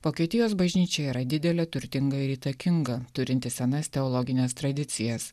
vokietijos bažnyčia yra didelė turtinga ir įtakinga turinti senas teologines tradicijas